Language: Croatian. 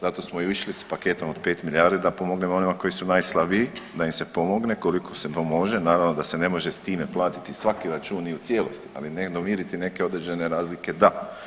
Zato smo išli s paketom od 5 milijardi da pomognemo onima koji su najslabiji da im se pomogne koliko se to može, naravno da se ne može s time platiti svaki račun i u cijelosti, ali … neke određene razlike da.